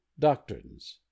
Doctrines